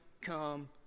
come